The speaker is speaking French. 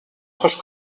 proche